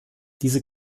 diese